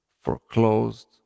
foreclosed